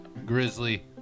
Grizzly